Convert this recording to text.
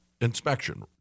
inspection